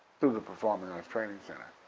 through the performing arts training center,